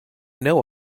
know